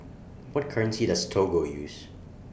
What currency Does Togo use